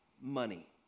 money